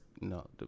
no